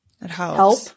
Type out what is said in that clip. Help